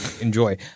Enjoy